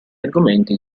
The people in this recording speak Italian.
argomenti